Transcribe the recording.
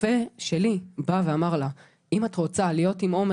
הרופא שלי בא ואמר לה "אם את רוצה להיות עם עומר